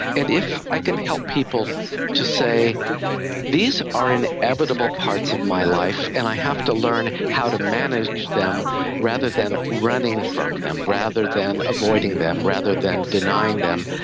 and if i can help people to say these are inevitable inevitable parts of my life and i have to learn how to manage them rather than running from them, rather than avoiding them, rather than denying them,